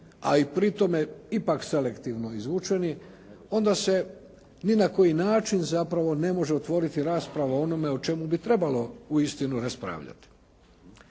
a i pri tome ipak selektivno izvučeni, onda se ni na koji način zapravo ne može otvoriti rasprava o onome o čemu bi trebalo uistinu raspravljati.